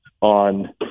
on